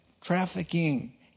trafficking